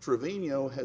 trevino has